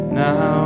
now